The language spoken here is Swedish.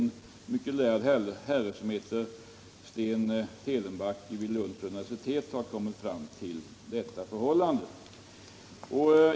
En mycket lärd herre vid Lunds universitet har kommit fram till detta.